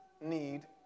need